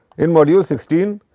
in module sixteen